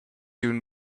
you